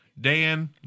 Dan